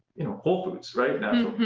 you know, whole foods, right?